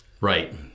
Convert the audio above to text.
Right